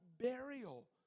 burial